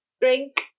drink